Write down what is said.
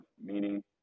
meaning